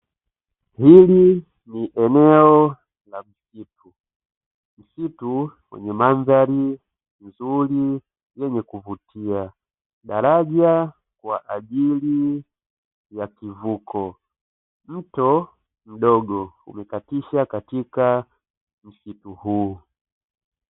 Hili ni eneo la msitu, msitu wenye mandhari nzuri yenye kuvutia. Daraja kwa ajili ya kivuko, mto mdogo umekatisha katika msitu huu.